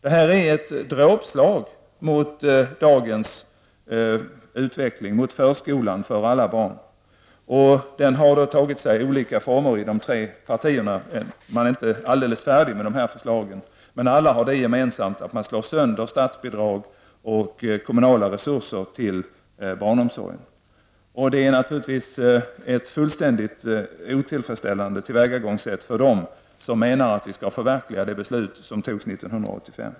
Det här är ett dråpslag mot dagens utveckling mot förskola för alla barn. Och det har tagit sig olika former i de tre partierna. Man är inte alldeles färdig med dessa förslag, men alla har det gemensamt att man slår sönder statsbidrag och kommunala resurser till barnomsorgen. Det är naturligtvis ett fullständigt otillfredsställande tillvägagångssätt för dem som menar att vi skall förverkliga det beslut som togs 1985.